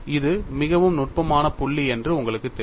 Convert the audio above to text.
இது மிகவும் நுட்பமான புள்ளி என்று உங்களுக்குத் தெரியும்